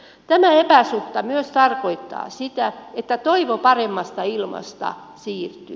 tämä epäsuhta myös tarkoittaa sitä että toivo paremmasta ilmasta siirtyy